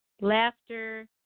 Laughter